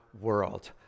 world